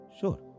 Sure